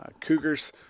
cougars